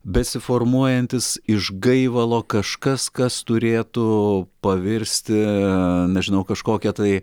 besiformuojantis iš gaivalo kažkas kas turėtų pavirsti nežinau kažkokia tai